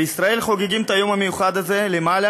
בישראל חוגגים את היום המיוחד הזה למעלה